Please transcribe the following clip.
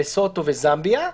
לסוטו וזמביה,